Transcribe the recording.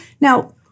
Now